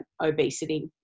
obesity